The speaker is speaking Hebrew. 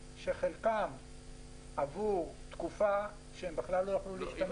שחלקם עבור תקופה שהם כלל לא יכלו להשתמש בתדרים.